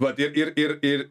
vat ir ir ir ir